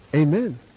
amen